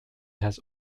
has